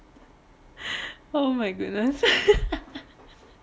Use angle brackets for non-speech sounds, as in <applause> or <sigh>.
<breath> oh my goodness <laughs>